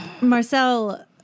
Marcel